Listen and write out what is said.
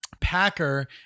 Packer